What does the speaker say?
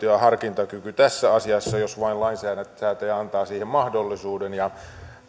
ja harkintakyky tässä asiassa jos vain lainsäätäjä antaa siihen mahdollisuuden ja